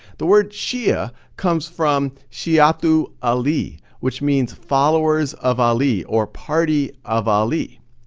the word shia comes from shi'atu ali which means followers of ali or party of ali,